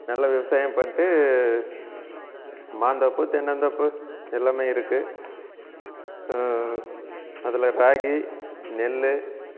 நல்லா விவசாயம் பண்ணிட்டு மாந்தோப்பு தென்னந்தோப்பு எல்லாமே இருக்குது அதில் ராகி நெல்